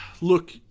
Look